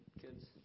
kids